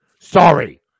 Sorry